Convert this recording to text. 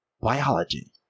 biology